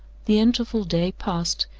the interval day passed,